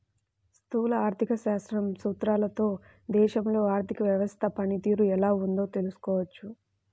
స్థూల ఆర్థిక శాస్త్రం సూత్రాలతో దేశంలో ఆర్థిక వ్యవస్థ పనితీరు ఎలా ఉందో తెలుసుకోవచ్చు